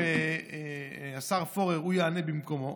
והשר פורר יענה במקומו,